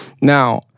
Now